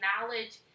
knowledge